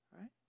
right